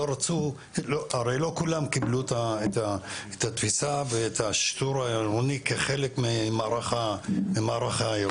הרי לא כולם קיבלו את התפיסה ואת השיטור העירוני כחלק מהמערך העירוני,